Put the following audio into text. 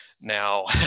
Now